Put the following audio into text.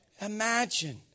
imagine